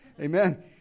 Amen